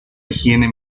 higiene